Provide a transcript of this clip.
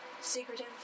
secretive